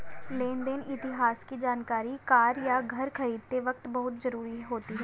लेन देन इतिहास की जानकरी कार या घर खरीदते वक़्त बहुत जरुरी होती है